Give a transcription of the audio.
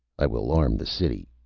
i will arm the city,